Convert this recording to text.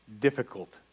difficult